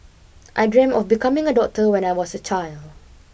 I dream of becoming a doctor when I was a child